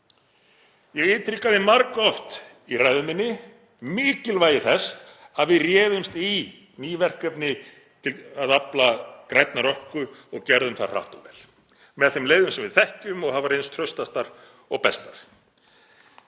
Ég ítrekaði margoft í ræðu minni mikilvægi þess að við réðumst í ný verkefni til að afla grænnar orku og gerðum það hratt og vel með þeim leiðum sem við þekkjum og hafa reynst traustastar og bestar.